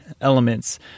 elements